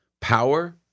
power